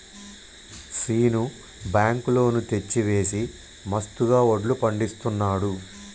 Seenu bank loan తెచ్చి వేసి మస్తుగా వడ్లు పండిస్తున్నాడు